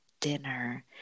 dinner